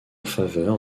faveur